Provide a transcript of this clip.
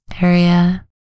area